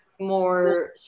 more